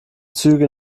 züge